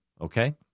okay